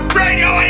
radio